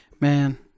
Man